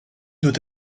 doit